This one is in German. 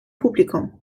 publikum